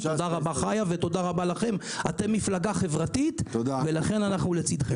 תודה רבה חיה ותודה רבה לכם אתם מפלגה חברתית ולכן אנו לצדכם.